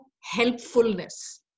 helpfulness